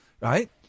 right